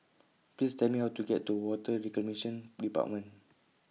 Please Tell Me How to get to Water Reclamation department